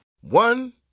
one